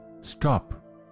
stop